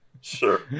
sure